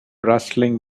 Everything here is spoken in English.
rustling